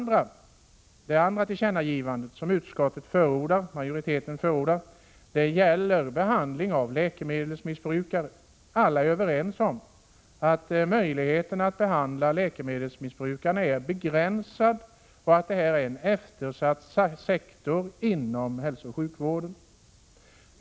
Det andra tillkännagivande som utskottsmajoriteten vill göra gäller behandlingen av läkemedelsmissbrukare. Alla är överens om att möjligheten att behandla läkemedelsmissbrukarna är begränsad och att detta är en eftersatt sektor inom hälsooch sjukvården.